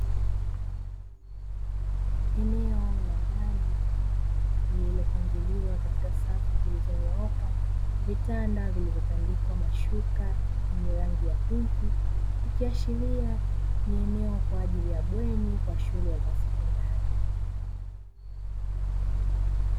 Eneo la ndani lililopangiliwa katika safu zilizonyooka, vitanda vilivyotandikwa mashuka yenye rangi ya pinki, ikiashiria ni eneo kwaajili ya bweni kwa shule za sekondari.